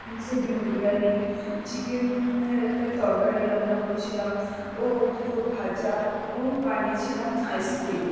আমি সেদিন বিরিয়ানি চিকেন এর একটা তরকারি রান্না করেছিলাম ও দুটো ভাজা ও বানিয়েছিলাম আইসক্রিম